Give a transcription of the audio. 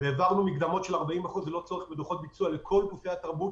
והעברנו מקדמות של 40% ללא צורך בדוחות ביצוע לכל גופי התרבות,